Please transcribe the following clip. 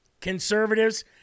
conservatives